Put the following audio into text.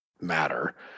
matter